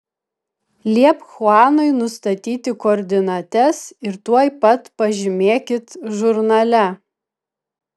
liepk chuanui nustatyti koordinates ir tuoj pat pažymėkit žurnale